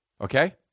Okay